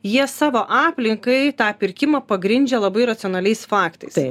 jie savo aplinkai tą pirkimą pagrindžia labai racionaliais faktais